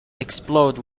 explode